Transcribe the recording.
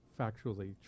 factually